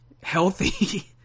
Healthy